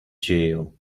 jail